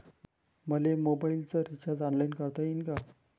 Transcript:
मले मोबाईलच recharge online करता येईन का?